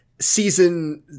season